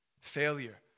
Failure